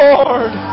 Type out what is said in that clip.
Lord